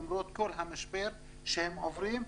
למרות כל המשבר שהם עוברים,